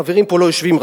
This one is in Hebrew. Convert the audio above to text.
החברים פה לא יושבים,